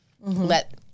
let